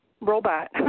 robot